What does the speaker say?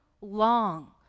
long